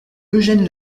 eugène